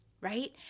right